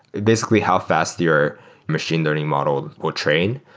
basically, how fast your machine learning model will train.